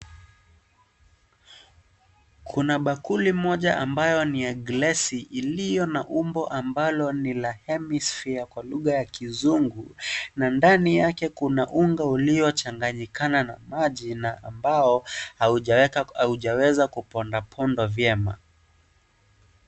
Kuna bakuli moja ambayo ni ya glass , iliyo na umbo ambalo ni la hemisphere kwa lugha ya kizungu na ndani yake kuna unga uliochanganyikana na maji, na ambao haujaweza kupondwa pondwa vyema.